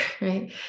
right